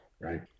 Right